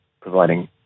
providing